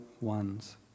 ones